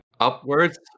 Upwards